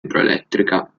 idroelettrica